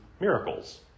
Miracles